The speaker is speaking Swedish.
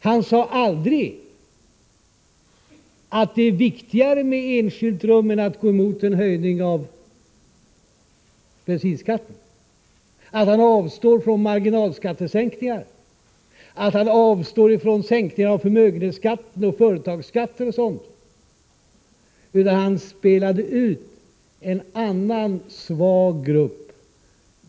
Han sade aldrig att det är viktigare med enskilda rum än att gå emot en höjning av bensinsskatten, att han avstår från marginalskattesänkningar, att han avstår från sänkningar av förmögenhetsskatten och företagsskatter och sådant. Han spelade ut en svag grupp.